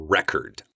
Record